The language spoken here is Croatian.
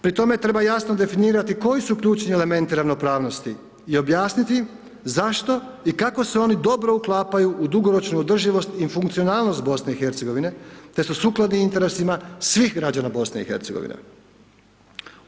Pri tome treba jasno definirati koji su ključni elementi ravnopravnosti i objasniti zašto i kako se oni dobro uklapaju u dugoročnu održivost i funkcionalnost BiH-a te su sukladni interesima svih građana BiH-a.